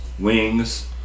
Wings